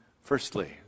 Firstly